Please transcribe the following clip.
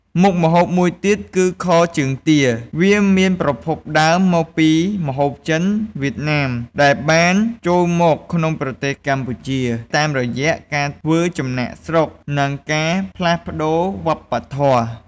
មុខម្ហូបមួយទៀតគឺខជើងទា វាមានប្រភពដើមមកពីម្ហូបចិន-វៀតណាម ដែលបានចូលមកក្នុងប្រទេសកម្ពុជាតាមរយៈការធ្វើចំណាកស្រុក និងការផ្លាស់ប្តូរវប្បធម៌។